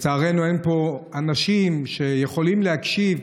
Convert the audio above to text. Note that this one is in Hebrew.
לצערנו אין פה אנשים שיכולים להקשיב,